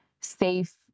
safe